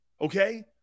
Okay